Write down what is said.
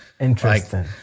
interesting